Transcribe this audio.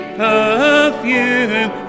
perfume